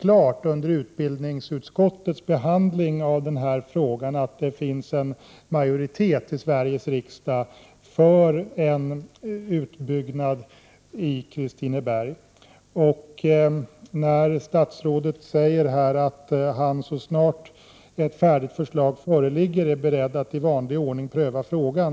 Men under utbildningsutskottets behandling av denna fråga var det alldeles tydligt att det finns en majoritet i Sveriges riksdag för en utbyggnad i Kristineberg. Statsrådet säger att ”så snart ett färdigt förslag föreligger är jag beredd att i vanlig ordning pröva frågan”.